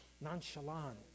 nonchalant